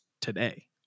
today